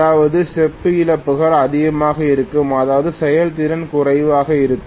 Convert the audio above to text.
அதாவது செப்பு இழப்புகள் அதிகமாக இருக்கும் அதாவது செயல்திறன் குறைவாக இருக்கும்